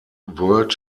world